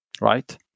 right